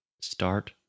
Start